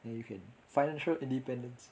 then you can financial independence